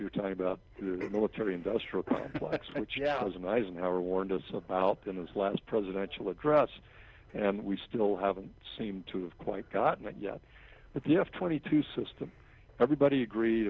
you're talking about the military industrial complex and jazz and eisenhower warned us about in his last presidential address and we still haven't seem to have quite gotten it yet but the f twenty two system everybody agreed